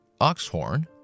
oxhorn